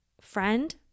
friend